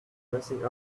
messing